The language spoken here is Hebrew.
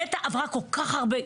נת"ע עברה כל כך הרבה,